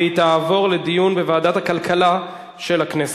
לדיון מוקדם בוועדת הכלכלה נתקבלה.